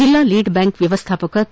ಜಲ್ಲಾ lead bank ವ್ಯವಸ್ಥಾಪಕ K